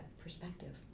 perspective